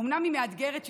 אומנם היא מאתגרת יותר,